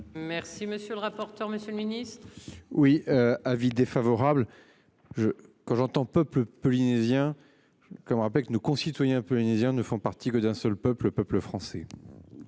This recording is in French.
Merci monsieur le rapporteur. Monsieur le Ministre. Oui. Avis défavorable je quand j'entends peuple polynésien. Comment avec nos concitoyens polynésien ne font partie que d'un seul peuple au peuple français.